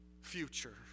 future